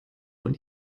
von